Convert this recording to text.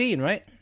right